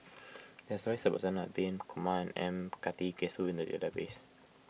there are stories about Zainal Abidin Kumar M Karthigesu in the database